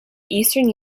eastern